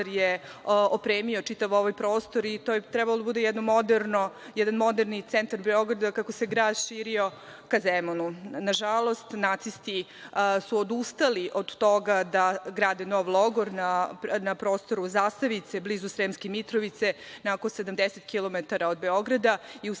je opremio čitav ovaj prostor, i to je trebao da bude moderni centar Beograda, kako se grad širio ka Zemunu. Nažalost, nacisti su odustali od toga da grade novi logor na prostoru Zasavice, blizu Sremske Mitrovice, na oko 70 kilometara od Beograda i